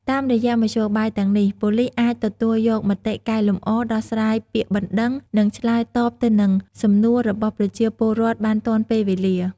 តាមរយៈមធ្យោបាយទាំងនេះ ប៉ូលីសអាច ទទួលយកមតិកែលម្អ ដោះស្រាយពាក្យបណ្ដឹង និងឆ្លើយតបទៅនឹងសំណួររបស់ប្រជាពលរដ្ឋបានទាន់ពេលវេលា។